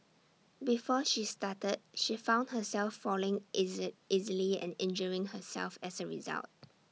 before she started she found herself falling easy easily and injuring herself as A result